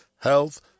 health